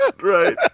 right